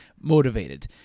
motivated